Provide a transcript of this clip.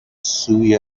سوی